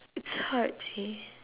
it's hard see